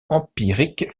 empirique